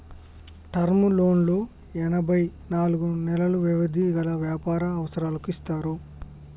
term లోన్లు ఎనభై నాలుగు నెలలు వ్యవధి గల వ్యాపార అవసరాలకు ఇస్తారు